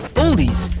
oldies